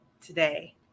today